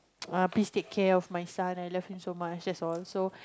please take care of my son I love him so much that's all so